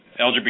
LGBT